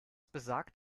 besagt